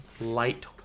light